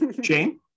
Jane